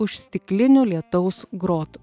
už stiklinių lietaus grotų